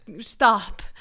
stop